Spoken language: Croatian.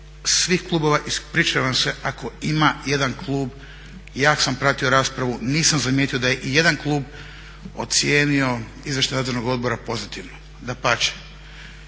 svih klubova, ispričavam se ako ima jedan klub, ja koliko sam pratio raspravu nisam zamijetio da je ijedan klub ocijenio Izvještaj Nadzornog odbora pozitivnim, dapače.